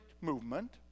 movement